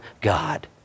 God